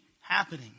happening